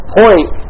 point